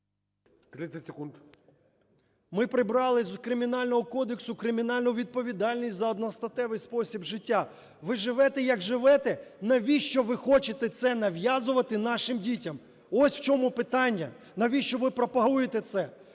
П.Я. Ми прибрали з Кримінального кодексу кримінальну відповідальність за одностатевий спосіб життя. Ви живете як живете, навіщо ви хочете це нав'язувати нашим дітям? Ось в чому питання. Навіщо ви пропагуєте це?